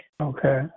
Okay